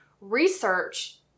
research